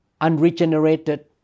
unregenerated